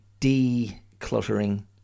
Decluttering